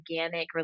organic